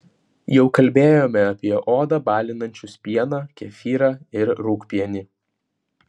jau kalbėjome apie odą balinančius pieną kefyrą ir rūgpienį